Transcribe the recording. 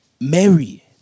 Mary